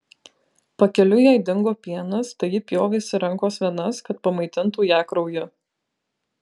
pakeliui jai dingo pienas tai ji pjovėsi rankos venas kad pamaitintų ją krauju